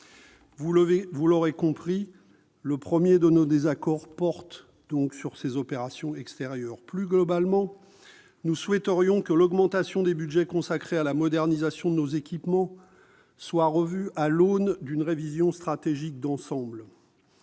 plus meurtrière. Le premier de nos désaccords porte donc sur les opérations extérieures. Plus globalement, nous souhaiterions que l'augmentation des budgets consacrés à la modernisation de nos équipements soit revue à l'aune d'une révision stratégique d'ensemble.